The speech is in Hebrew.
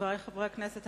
חברי חברי הכנסת,